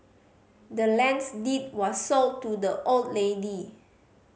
the land's deed was sold to the old lady